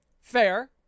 Fair